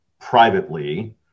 privately